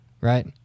right